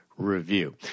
review